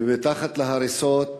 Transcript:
ומתחת להריסות